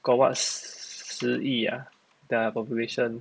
got what 十亿 ah their population